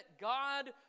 God